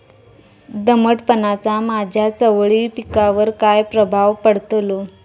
दमटपणाचा माझ्या चवळी पिकावर काय प्रभाव पडतलो?